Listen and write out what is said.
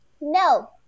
no